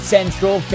Central